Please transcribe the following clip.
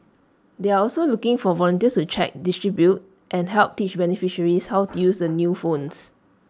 they're also looking for volunteers to check distribute and help teach beneficiaries how to use the new phones